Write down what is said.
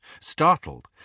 Startled